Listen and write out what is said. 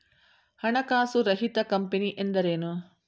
ಹಣಕಾಸು ರಹಿತ ಕಂಪನಿ ಎಂದರೇನು?